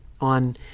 on